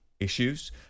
issues